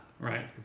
Right